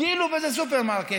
כאילו כמו בסופרמרקט.